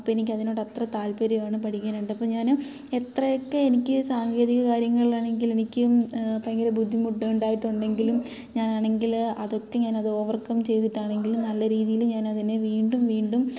അപ്പോൾ എനിക്ക് അതിനോട് അത്ര താല്പര്യമാണ് പഠിക്കാനായിട്ട് അപ്പോൾ ഞാനും എത്രയൊക്കെ എനിക്ക് സാങ്കേതിക കാര്യങ്ങളിൽ ആണെങ്കിൽ എനിക്കും ഭയങ്കര ബുദ്ധിമുട്ട് ഉണ്ടായിട്ടുണ്ടെങ്കിലും ഞാൻ ആണെങ്കിൽ അത് ഒക്കെ ഞാൻ ഓവർ കം ചെയ്തിട്ടാണെങ്കിലും നല്ല രീതിയിൽ ഞാൻ അതിനെ വീണ്ടും വീണ്ടും